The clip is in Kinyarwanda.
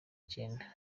cyenda